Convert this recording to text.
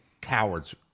coward's